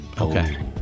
Okay